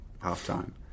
half-time